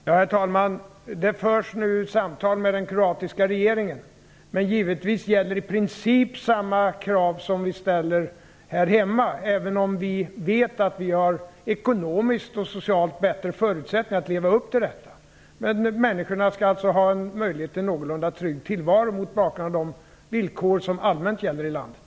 Herr talman! Det förs nu samtal med den kroatiska regeringen. Men givetvis gäller i princip samma krav som vi ställer här hemma, även om vi vet att vi ekonomiskt och socialt har bättre förutsättningar att leva upp till dessa. Människorna skall alltså ha möjlighet till en någorlunda trygg tillvaro mot bakgrund av de villkor som allmänt gäller i landet.